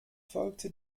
folgt